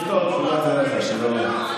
אנחנו ממש נהנים,